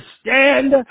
stand